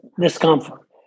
discomfort